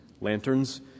lanterns